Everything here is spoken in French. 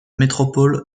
métropole